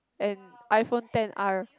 and iPhone ten R